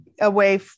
away